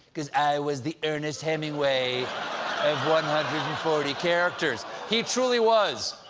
because i was the ernest hemingway one hundred and forty characters. he truly was.